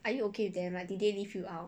are you okay with them like did they leave you out